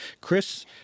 Chris